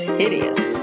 hideous